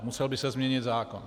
Musel by se změnit zákon.